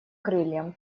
крыльям